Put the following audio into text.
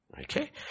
Okay